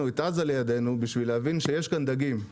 את עזה לידינו בשביל להבין שיש כאן דגים.